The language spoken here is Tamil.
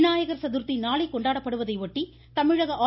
விநாயக சதுர்த்தி நாளை கொண்டாடப்படுவதை ஒட்டி தமிழக ஆ